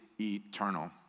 eternal